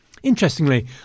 Interestingly